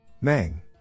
Meng